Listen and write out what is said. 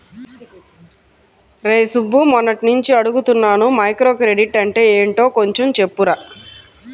రేయ్ సుబ్బు, మొన్నట్నుంచి అడుగుతున్నాను మైక్రోక్రెడిట్ అంటే యెంటో కొంచెం చెప్పురా